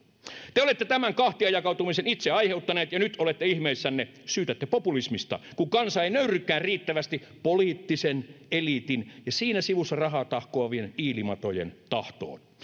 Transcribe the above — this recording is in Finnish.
te te olette tämän kahtiajakautumisen itse aiheuttaneet ja nyt olette ihmeissänne syytätte populismista kun kansa ei nöyrrykään riittävästi poliittisen eliitin ja siinä sivussa rahaa tahkoavien iilimatojen tahtoon